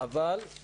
אבל הוא